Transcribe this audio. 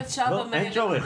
אין צורך,